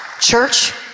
Church